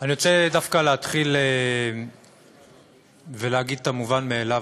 אני רוצה דווקא להתחיל ולהגיד את המובן מאליו,